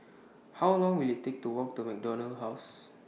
How Long Will IT Take to Walk to MacDonald House